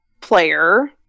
player